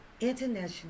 International